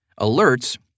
Alerts